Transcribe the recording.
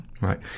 Right